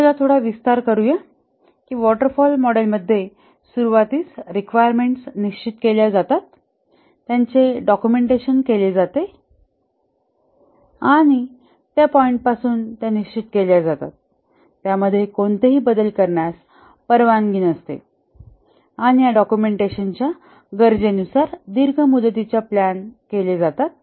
चला थोडा विस्तार करूया की वॉटर फॉल मॉडेलमध्ये सुरुवातीस रिक्वायरमेंट्स निश्चित केल्या जातात आणि त्यांचे डॉक्युमेंटेशन केले जाते त्या पॉईंटपासून निश्चित केल्या जातात त्यामध्ये कोणतेही बदल करण्यास परवानगी नसते आणि या डॉक्युमेंटेशनच्या गरजेनुसार दीर्घ मुदतीच्याप्लॅन केल्या जातात